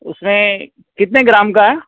उस में कितने ग्राम का है